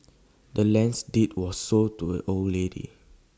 the land's deed was sold to A old lady